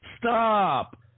Stop